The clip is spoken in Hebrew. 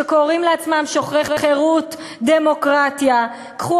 שקוראים לעצמם שוחרי חירות ודמוקרטיה: קחו